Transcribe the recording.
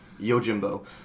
Yojimbo